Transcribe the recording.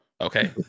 Okay